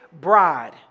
bride